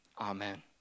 Amen